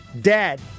Dad